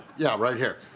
yeah, right here.